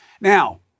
Now